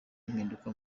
impinduka